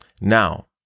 Now